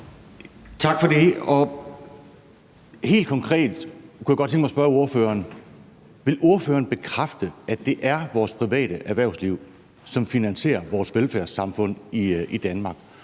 Tak for det. Og helt konkret kunne jeg godt tænke mit at spørge ordføreren: Vil ordføreren bekræfte, at det er vores private erhvervsliv, som finansierer vores velfærdssamfund i Danmark?